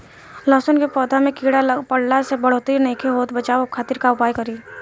लहसुन के पौधा में कीड़ा पकड़ला से बढ़ोतरी नईखे होत बचाव खातिर का उपाय करी?